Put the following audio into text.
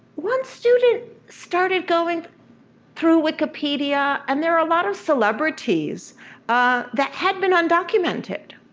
one student started going through wikipedia, and there are a lot of celebrities ah that had been undocumented.